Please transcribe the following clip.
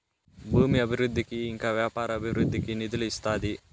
భూమి అభివృద్ధికి ఇంకా వ్యాపార అభివృద్ధికి నిధులు ఇస్తాది